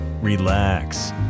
Relax